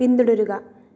പിന്തുടരുക